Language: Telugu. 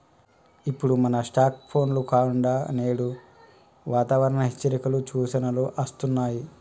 ఇప్పుడు మన స్కార్ట్ ఫోన్ల కుండా నేడు వాతావరణ హెచ్చరికలు, సూచనలు అస్తున్నాయి